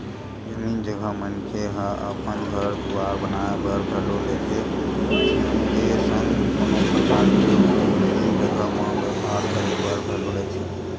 जमीन जघा मनखे ह अपन घर दुवार बनाए बर घलो लेथे संगे संग कोनो परकार के ओ जमीन जघा म बेपार करे बर घलो लेथे